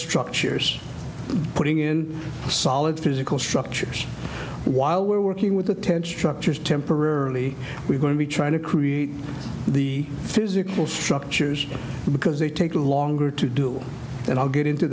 structures putting in solid physical structures while we're working with the to structures temporarily we're going to be trying to create the physical structures because they take longer to do and i'll get into